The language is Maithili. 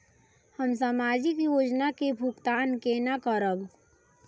हम सामाजिक योजना के भुगतान केना करब?